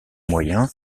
moyen